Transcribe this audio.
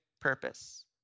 purpose